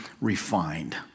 refined